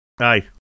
Aye